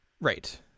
Right